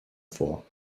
vor